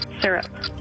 Syrup